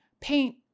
Paint